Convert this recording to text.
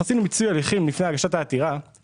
עשינו מיצוי הליכים לפני הגשת העתירה.